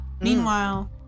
Meanwhile